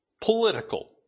Political